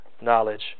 knowledge